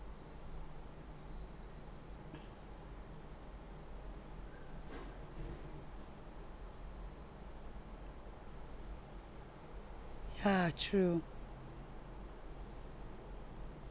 ya true